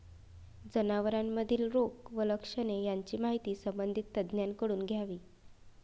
जनावरांमधील रोग व लक्षणे यांची माहिती संबंधित तज्ज्ञांकडून घ्यावी